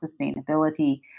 sustainability